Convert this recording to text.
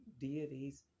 deities